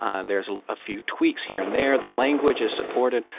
um there's ah a few tweaks here and there. the language is supported.